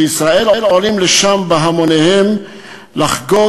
שישראל עולים לשם המוניות המוניות של חגיגה לחגוג